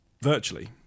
virtually